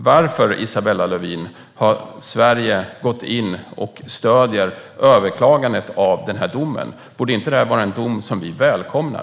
Varför, Isabella Lövin, har Sverige stött överklagandet av domen? Borde det inte vara en dom som vi välkomnar?